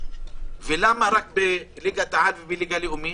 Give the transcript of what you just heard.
למה רק ליגת על וליגה לאומית,